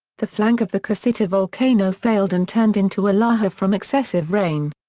the flank of the casita volcano failed and turned into a lahar from excessive rain.